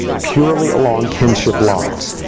purely along kinship lines.